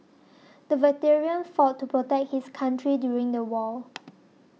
the veteran fought to protect his country during the war